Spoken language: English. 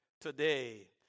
today